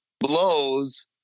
blows